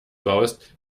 baust